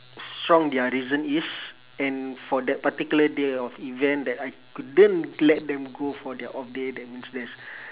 strong their reason is and for that particular day of event that I couldn't let them go for their off day that means there's